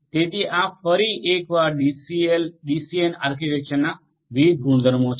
તેથી આ ફરી એકવાર ડીસેલ ડીસીએન આર્કિટેક્ચરના વિવિધ ગુણધર્મો છે